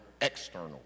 external